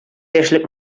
яшьлек